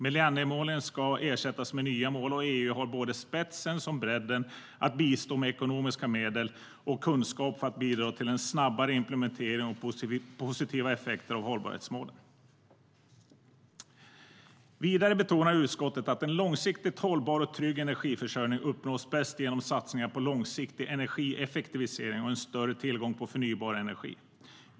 Millenniemålen ska ersättas med nya mål, och EU har både spets och bredd att bistå med ekonomiska medel och kunskap för att bidra till en snabbare implementering och positiva effekter av hållbarhetsmålen. Vidare betonar utskottet att en långsiktigt hållbar och trygg energiförsörjning bäst uppnås genom satsningar på långsiktig energieffektivisering och en större tillgång på förnybar energi.